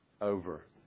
over